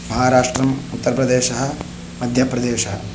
महाराष्ट्रम् उत्तरप्रदेशः मध्यप्रदेशः